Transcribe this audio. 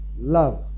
love